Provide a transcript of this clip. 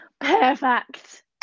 Perfect